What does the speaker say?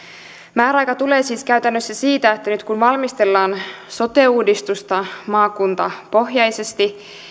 määräaika tulee siis käytännössä siitä että nyt kun valmistellaan sote uudistusta maakuntapohjaisesti